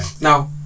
Now